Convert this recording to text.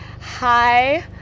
hi